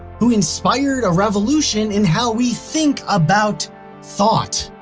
who inspired a revolution in how we think about thought?